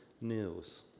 news